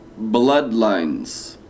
bloodlines